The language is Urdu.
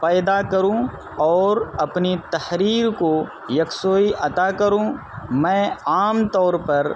پیدا کروں اور اپنی تحریر کو یکسوئی عطا کروں میں عام طور پر